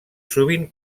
sovint